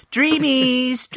Dreamies